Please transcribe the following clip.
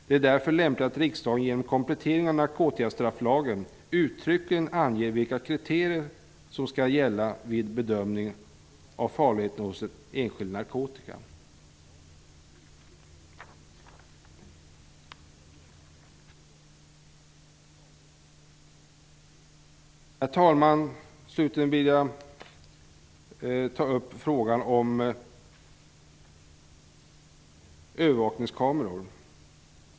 Det är därför lämpligt att riksdagen genom komplettering av narkotikastrafflagen uttryckligen anger vilka kriterier som skall gälla vid bedömningen av farligheten hos enskild narkotika. Slutligen vill jag ta upp frågan om övervakningskameror.